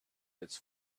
its